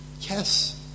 Yes